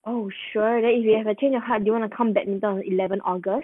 oh sure then if you have a change of heart do you want to come badminton on eleven august